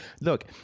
Look